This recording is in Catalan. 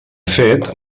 fet